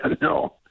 No